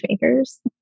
makers